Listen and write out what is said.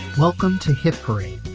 welcome to hit parade,